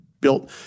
Built